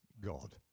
God